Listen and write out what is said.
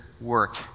work